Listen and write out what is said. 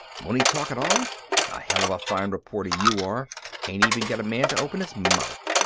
won't he talk at all? a hell of a fine reporter you are can't even get a man to open his mouth.